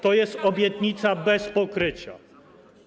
To jest obietnica bez pokrycia.